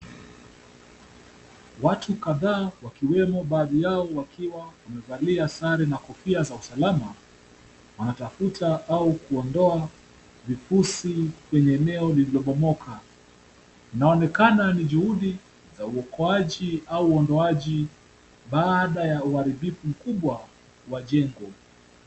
Watu kadhaa wakiwemo baadhi yao wakiwa wamevalia sare na kofia za usalama. Wanatafuta au kuondoa vifusi kwenye eneo lililobomoka. Inaonekana ni juhudi za uokoaji au uondoaji baada ya uharibifu mkubwa wa jengo.